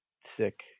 sick